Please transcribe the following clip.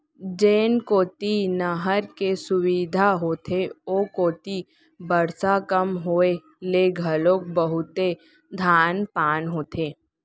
जेन कोती नहर के सुबिधा होथे ओ कोती बरसा कम होए ले घलो बहुते धान पान होथे